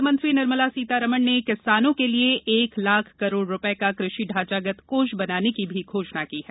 वित्तमंत्री निर्मला सीतारामन ने किसानों के लिए एक लाख करोड रूपये का कृषि ढांचागत कोष बनाने की भी घोषणा की है